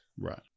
Right